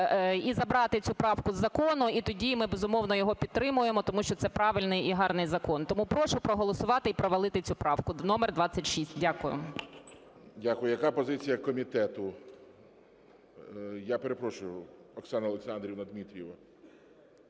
і забрати цю правку із закону і тоді ми, безумовно, його підтримаємо, тому що це правильний і гарний закон. Тому прошу проголосувати і провалити цю правку номер 26. Дякую. ГОЛОВУЮЧИЙ. Дякую. Яка позиція комітету? Я перепрошую, Оксана Олександрівна Дмитрієва.